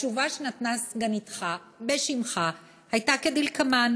התשובה שנתנה סגניתך בשמך הייתה כדלקמן: